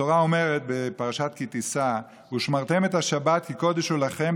התורה אומרת בפרשת כי תישא: "ושמרתם את השבת כי קֹדש היא לכם,